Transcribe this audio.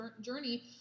journey